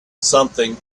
something